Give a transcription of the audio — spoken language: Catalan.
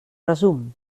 resum